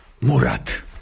Murat